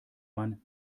man